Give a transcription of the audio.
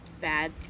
bad